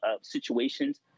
situations